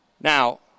Now